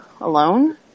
alone